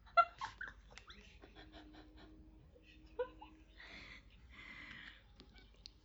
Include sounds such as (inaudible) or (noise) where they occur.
(laughs)